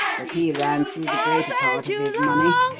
but he ran through the greater part of his money,